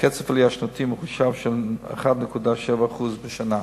קצב עלייה שנתי מחושב של 1.7% בשנה.